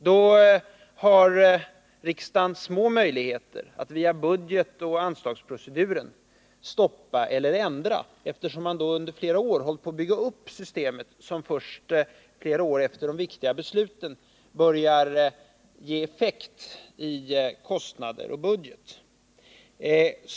Då har riksdagen små möjligheter att via budgetoch anslagsproceduren stoppa eller ändra uppbyggnaden, eftersom man då under flera år har hållit på med att bygga upp system som först flera år efter de viktiga besluten börjar få effekt på budgeten.